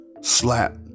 slap